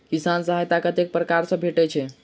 किसान सहायता कतेक पारकर सऽ भेटय छै?